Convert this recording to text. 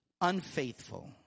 unfaithful